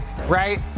right